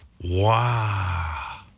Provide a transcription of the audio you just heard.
Wow